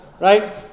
Right